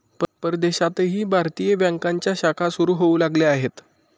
परदेशातही भारतीय बँकांच्या शाखा सुरू होऊ लागल्या आहेत